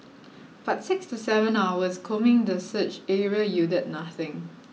but six to seven hours combing the search area yielded nothing